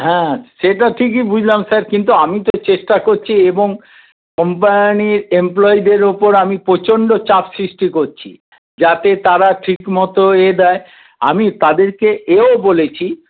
হ্যাঁ সেটা ঠিকই বুঝলাম স্যার কিন্তু আমি তো চেষ্টা করছি এবং কোম্পানির এমপ্লয়ীদের ওপর আমি প্রচণ্ড চাপ সৃষ্টি করছি যাতে তারা ঠিক মতো ইয়ে দেয় আমি তাদেরকে এও বলেছি